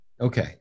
okay